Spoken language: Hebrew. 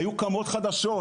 היו קמות חדשות.